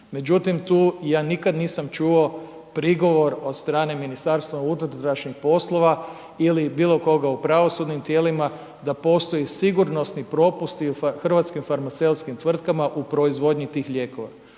Međutim, tu ja nikad nisam čuo prigovor od strane Ministarstva unutrašnjih poslova ili bilo koga u pravosudnim tijelima da postoji sigurnosni propusti u hrvatskim farmaceutski tvrtkama u proizvodnji tih lijekova,